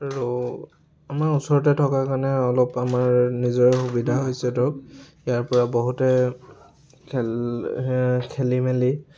আৰু আমাৰ ওচৰতে থকা কাৰণে অলপ আমাৰ নিজৰে সুবিধা হৈছে ধৰক ইয়াৰপৰা বহুতে খেল খেলি মেলি